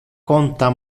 conta